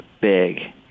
big—